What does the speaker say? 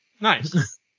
nice